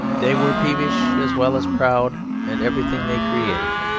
they were peevish as well as proud, and everything they created,